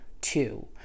two